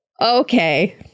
okay